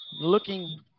Looking